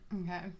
Okay